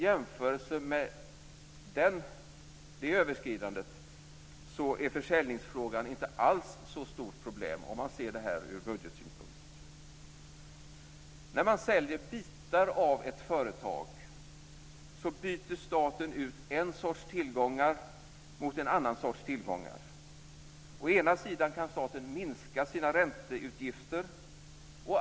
I jämförelse med det överskridandet är försäljningsfrågan inte alls ett så stort problem om man ser det ur budgetsynpunkt. När man säljer bitar av företag byter staten ut en sorts tillgångar mot en annan sorts tillgångar. Å ena sidan kan staten minska sina ränteutgifter.